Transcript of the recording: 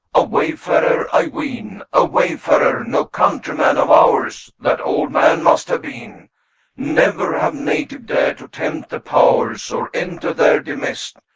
a wayfarer, i ween, a wayfarer, no countryman of ours, that old man must have been never had native dared to tempt the powers, or enter their demesne,